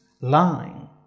lying